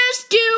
rescue